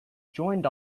joined